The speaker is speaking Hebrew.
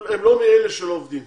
הם לא מאלה שלא עובדים.